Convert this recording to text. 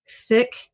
thick